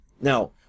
Now